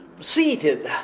seated